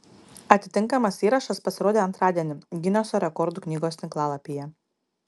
atitinkamas įrašas pasirodė antradienį gineso rekordų knygos tinklalapyje